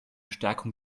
stärkung